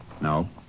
No